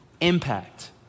impact